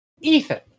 Ethan